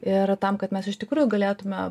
ir tam kad mes iš tikrųjų galėtume